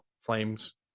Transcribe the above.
flames